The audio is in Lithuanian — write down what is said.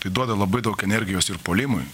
tai duoda labai daug energijos ir puolimui